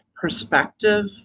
perspective